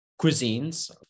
cuisines